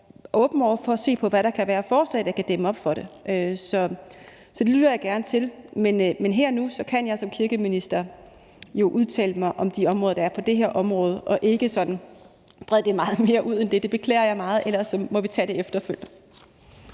jeg er åben over for at se på, hvad der kan være af forslag, der kan dæmme op for det. Så det lytter jeg gerne til, men her og nu kan jeg som kirkeminister kun udtale mig om de ting, der er på det her område, og ikke sådan brede det meget mere ud end det. Det beklager jeg meget, ellers må vi tage det efterfølgende.